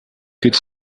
could